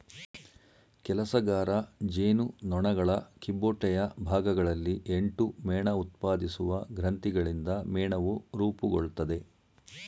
ಕೆಲಸಗಾರ ಜೇನುನೊಣಗಳ ಕಿಬ್ಬೊಟ್ಟೆಯ ಭಾಗಗಳಲ್ಲಿ ಎಂಟು ಮೇಣಉತ್ಪಾದಿಸುವ ಗ್ರಂಥಿಗಳಿಂದ ಮೇಣವು ರೂಪುಗೊಳ್ತದೆ